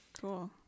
Cool